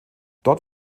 dort